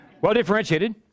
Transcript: well-differentiated